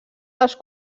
dels